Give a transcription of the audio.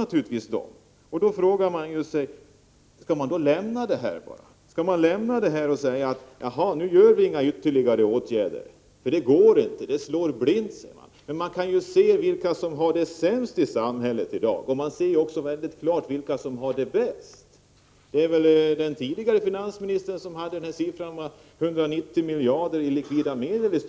Naturligtvis kommer den här gruppen att drabbas, och då blir frågan om man bara skall säga att det inte skall vidtas några ytterligare åtgärder — med motiveringen att det inte går och att det slår blint. Man ser emellertid vilka som har det sämst i samhället i dag, liksom man också ser mycket klart vilka som har det bäst. Den tidigare finansministern nämnde, om jag inte minns alldeles fel, siffran 190 miljarder kronor i likvida medel i dag i